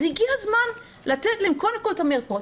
אז הגיע הזמן לתת להם קודם כל את המרפאות,